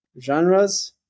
genres